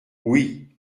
oui